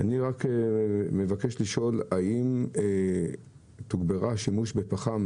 אני מבקש לשאול האם תוגבר השימוש בפחם